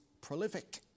prolific